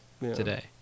today